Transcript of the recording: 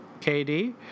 KD